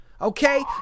Okay